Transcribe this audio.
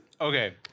Okay